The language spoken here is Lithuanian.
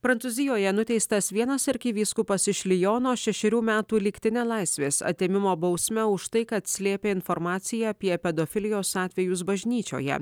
prancūzijoje nuteistas vienas arkivyskupas iš liono šešerių metų lygtine laisvės atėmimo bausme už tai kad slėpė informaciją apie pedofilijos atvejus bažnyčioje